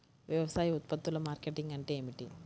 వ్యవసాయ ఉత్పత్తుల మార్కెటింగ్ అంటే ఏమిటి?